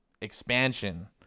expansion